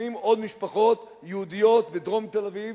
מפונות עוד משפחות יהודיות בדרום תל-אביב,